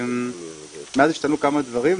מאז השתנו כמה דברים,